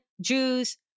Jews